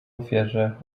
ofierze